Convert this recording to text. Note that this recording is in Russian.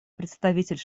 представитель